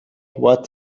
what